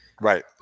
right